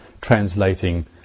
translating